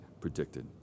predicted